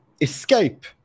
escape